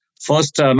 first